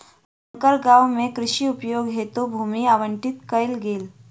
हुनकर गाम में कृषि उपयोग हेतु भूमि आवंटित कयल गेल